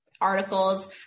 articles